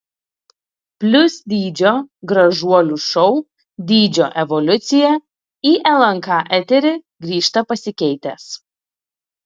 plius dydžio gražuolių šou dydžio evoliucija į lnk eterį grįžta pasikeitęs